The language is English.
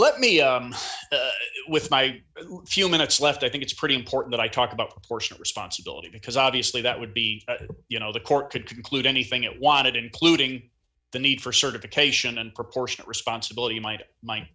let me with my few minutes left i think it's pretty important i talk about proportional responsibility because obviously that would be you know the court could conclude anything it wanted including the need for certification and proportionate responsibility might might